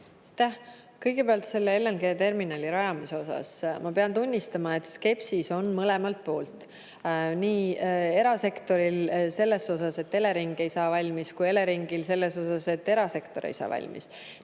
Aitäh! Kõigepealt, selle LNG-terminali rajamise osas ma pean tunnistama, et skepsis on mõlemalt poolt: nii erasektoril selles osas, et Elering ei saa valmis, kui ka Eleringil selles osas, et erasektor ei saa valmis.